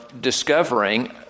discovering